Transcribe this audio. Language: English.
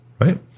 right